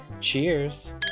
Cheers